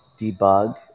Debug